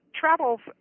travels